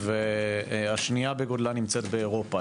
והשנייה בגודלה נמצאת באירופה.